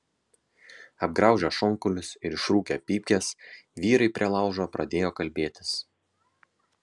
apgraužę šonkaulius ir išrūkę pypkes vyrai prie laužo pradėjo kalbėtis